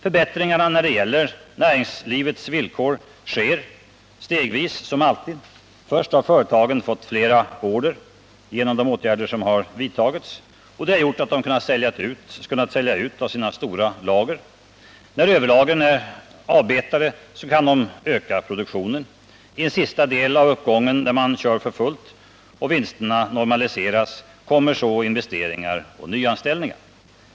Förbättringarna när det gäller näringslivets villkor sker stegvis som alltid. Först har företagen fått flera order genom de åtgärder som har vidtagits, och det har gjort att de kunnat sälja ut av sina stora lager. När överlagren är avbetade, kan de öka produktionen. I en sista del av uppgången, där man kör för fullt och vinsterna normaliseras, kommer så investeringar och nyanställningar.